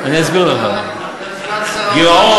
אני אסביר לך: גירעון,